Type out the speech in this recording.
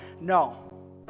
No